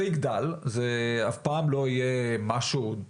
זה יגדל, זה אף פעם לא יהיה משהו,